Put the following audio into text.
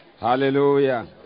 hallelujah